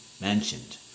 mentioned